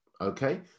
Okay